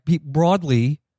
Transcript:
broadly